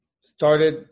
started